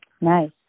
nice